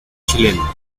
chileno